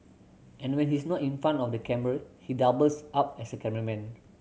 and when he's not in front of the camera he doubles up as a cameraman